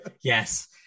Yes